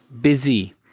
busy